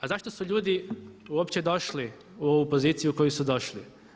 A zašto su ljudi uopće došli u poziciju u koju su došli?